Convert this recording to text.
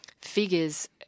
figures